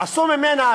עשו ממנה,